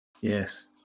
Yes